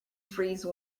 freeze